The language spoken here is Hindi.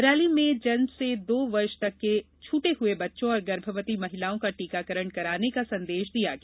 रैली में जन्म से दो वर्ष तक के छूटे हुए बच्चों और गर्भवती महिलाओं का टीकाकरण कराने का संदेश दिया गया